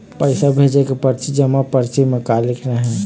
पैसा भेजे के परची जमा परची म का लिखना हे?